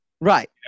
Right